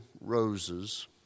roses